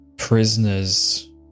Prisoners